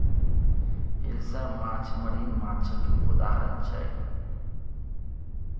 हिलसा माछ मरीन माछक उदाहरण छै